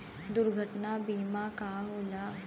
दुर्घटना बीमा का होला?